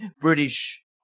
British